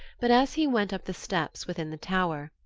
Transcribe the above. but, as he went up the steps within the tower,